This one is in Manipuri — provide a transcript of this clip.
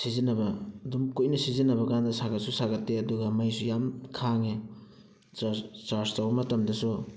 ꯁꯤꯖꯤꯟꯅꯕ ꯑꯗꯨꯝ ꯀꯨꯏꯅ ꯁꯤꯖꯤꯟꯅꯕ ꯀꯥꯟꯗ ꯁꯥꯒꯠꯁꯨ ꯁꯥꯒꯠꯇꯦ ꯑꯗꯨꯒ ꯃꯩꯁꯨ ꯌꯥꯝ ꯈꯥꯡꯉꯦ ꯆꯥꯔꯁ ꯇꯧꯕ ꯃꯇꯝꯗꯁꯨ